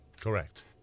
Correct